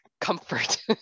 comfort